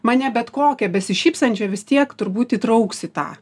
mane bet kokią besišypsančią vis tiek turbūt įtrauks į tą